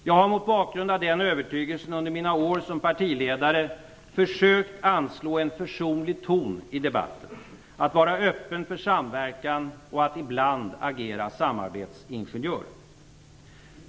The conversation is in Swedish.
Jag har mot bakgrund av den övertygelsen under mina år som partiledare försökt anslå en försonlig ton i debatten, att vara öppen för samverkan och att i bland agera samarbetsingenjör.